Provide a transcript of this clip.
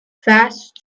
fast